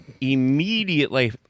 immediately